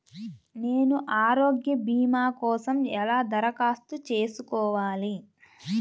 నేను ఆరోగ్య భీమా కోసం ఎలా దరఖాస్తు చేసుకోవాలి?